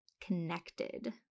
connected